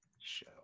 Show